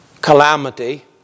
Calamity